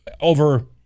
over